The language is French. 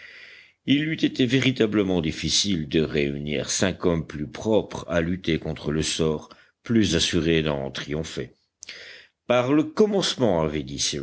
il eût été véritablement difficile de réunir cinq hommes plus propres à lutter contre le sort plus assurés d'en triompher par le commencement avait dit